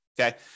Okay